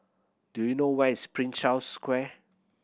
do you know where is Prince Charles Square